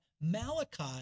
Malachi